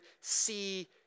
see